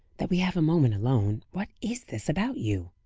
that we have a moment alone, what is this about you?